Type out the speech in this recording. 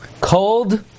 Cold